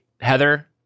Heather